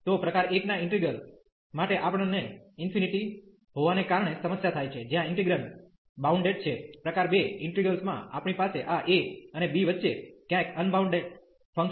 તો પ્રકાર 1 ના ઇન્ટિગલ માટે આપણ ને ઇન્ફિનિટી હોવાને કારણે સમસ્યા થાય છે જ્યાં ઇન્ટિગ્રેન્ડ બાઉન્ડેડ છે પ્રકાર 2 ઇન્ટિગલ માં આપણી પાસે આ a અને b વચ્ચે ક્યાંક અનબાઉન્ડેડ ફંક્શન છે